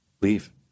leave